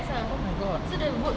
oh my god